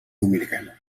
dominicana